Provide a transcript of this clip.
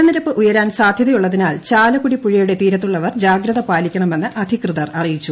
ജലനിരപ്പ് ഉയരാൻ സാധ്യതയുള്ളതിനാൽ ചാലക്കുടിപുഴയുടെ തീരത്തുള്ളവർ ജാഗ്രത പാലിക്കണമെന്ന് അധികൃതർ അറിയിച്ചു